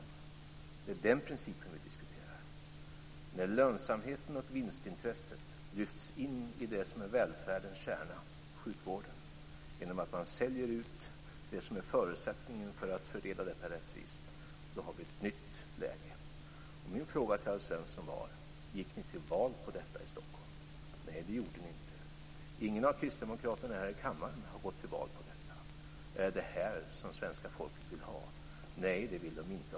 Det är den principen vi diskuterar. När lönsamheten och vinstintresset lyfts in i det som är välfärdens kärna, sjukvården, genom att man säljer ut det som är förutsättningen för att fördela detta rättvist, har vi ett nytt läge. Min fråga till Alf Svensson var: Gick ni till val på detta i Stockholm? Nej, det gjorde ni inte. Ingen av kristdemokraterna här i kammaren har gått till val på detta. Är det det här som svenska folket vill ha? Nej, det vill de inte.